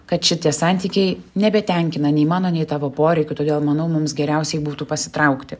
kad šitie santykiai nebetenkina nei mano nei tavo poreikių todėl manau mums geriausiai būtų pasitraukti